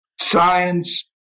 science